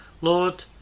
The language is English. Lord